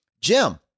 Jim